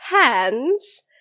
hands